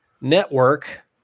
network